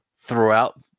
throughout